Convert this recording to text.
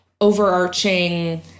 overarching